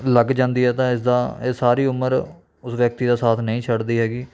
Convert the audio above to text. ਲੱਗ ਜਾਂਦੀ ਹੈ ਤਾਂ ਇਸਦਾ ਇਹ ਸਾਰੀ ਉਮਰ ਉਸ ਵਿਅਕਤੀ ਦਾ ਸਾਥ ਨਹੀਂ ਛੱਡਦੀ ਹੈਗੀ